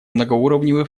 многоуровневый